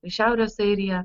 šiaurės airija